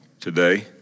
today